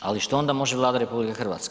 Ali što onda može Vlada RH?